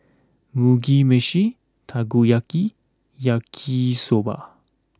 Mugi Meshi Takoyaki Yaki Soba